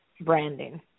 branding